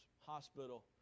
hospital